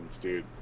dude